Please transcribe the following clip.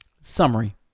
Summary